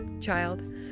child